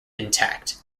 intact